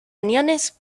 aniones